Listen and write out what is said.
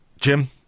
Jim